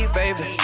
baby